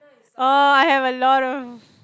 oh I have a lot of